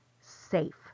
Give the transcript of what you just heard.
safe